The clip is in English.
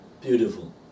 beautiful